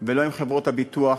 ולא עם חברות הביטוח,